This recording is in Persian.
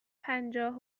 پنجاه